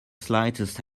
slightest